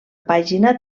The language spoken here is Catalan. pàgina